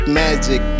magic